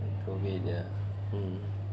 for me ya hmm